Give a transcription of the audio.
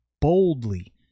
boldly